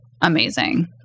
amazing